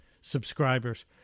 subscribers